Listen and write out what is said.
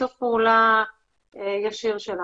התייחסות במשפט דיברת על שיתוף פעולה עם משרד החינוך.